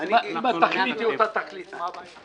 אם התכלית היא אותה תכלית, אז מה הבעיה?